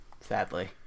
sadly